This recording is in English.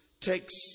takes